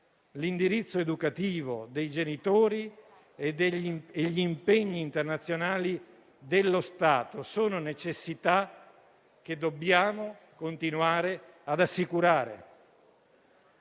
l'indirizzo educativo dei genitori e gli impegni internazionali dello Stato siano necessità che dobbiamo continuare ad assicurare.